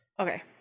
Okay